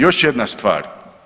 Još jedna stvar.